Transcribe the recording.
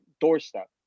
doorstep